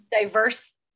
diverse